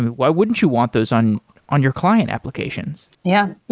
why wouldn't you want those on on your client applications? yeah,